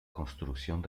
construcción